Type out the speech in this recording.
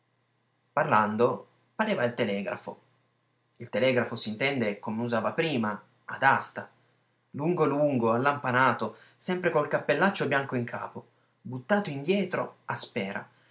parlando pareva il telegrafo il telegrafo s'intende come usava prima ad asta lungo lungo allampanato sempre col cappellaccio bianco in capo buttato indietro a spera